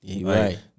Right